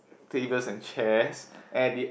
tables and chairs at the